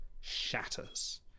shatters